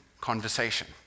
conversation